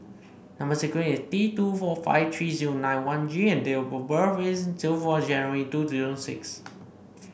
number sequence is T two four five three zero nine one G and date of birth is zero four January two zero six